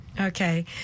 okay